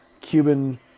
Cuban